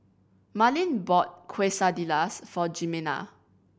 Marlin bought Quesadillas for Jimena